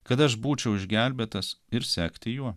kad aš būčiau išgelbėtas ir sekti juo